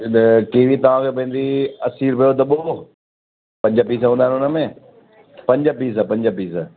इन कीवी तव्हांखे पवंदी असी रुपए जो दॿो पंज पीस हूंदा उन में पंज पीस पंज पीस